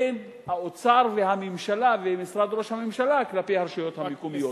לבין האוצר והממשלה ומשרד ראש הממשלה כלפי הרשויות המקומיות,